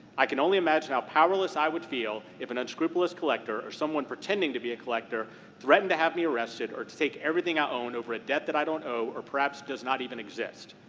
i can only imagine how powerless i would feel if an unscrupulous collector or someone pretending to be a collector threatened to have me arrested or to take everything i own over a debt that i don't owe or perhaps does not even exist.